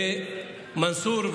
מנסור,